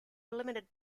limited